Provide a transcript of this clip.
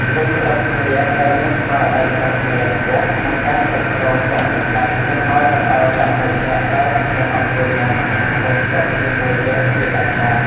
យើងគ្រប់គ្នាត្រូវមានស្មារតីប្រុងប្រយ័ត្នខ្ពស់ក្នុងការគ្រប់គ្រងចុងចង្កឹះមិនឱ្យចង្អុលចំមុខអ្នកដែលកំពុងអង្គុយញ៉ាំអាហាររួមតុជាមួយយើងជាដាច់ខាត។